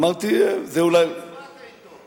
אמרתי, זה אולי, אתה הצבעת אתו.